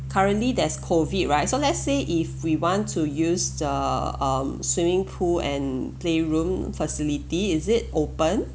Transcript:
currently there's COVID right so let's say if we want to use the um swimming pool and playroom facility is it open